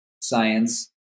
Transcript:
science